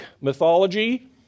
mythology